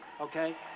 okay